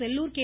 Sellur K